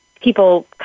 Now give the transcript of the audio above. people